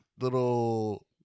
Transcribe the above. little